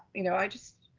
you know, i just,